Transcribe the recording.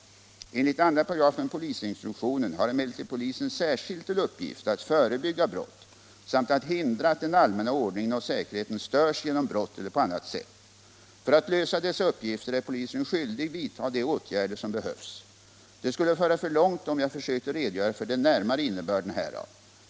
Enligt 2 § polisinstruktionen har emellertid polisen särskilt till uppgift att förebygga brott samt att hindra att den allmänna ordningen och säkerheten störs genom brott eller på annat sätt. För att lösa dessa uppgifter är polisen skyldig vidta de åtgärder som behövs. Det skulle föra för långt om jag försökte redogöra för den närmare innebörden härav.